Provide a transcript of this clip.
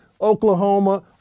Oklahoma